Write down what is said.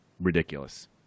ridiculous